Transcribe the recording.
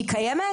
היא קיימת?